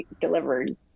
delivered